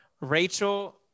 Rachel